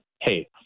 hey